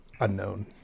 unknown